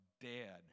dead